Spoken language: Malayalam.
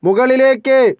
മുകളിലേക്ക്